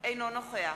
אינו נוכח